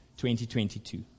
2022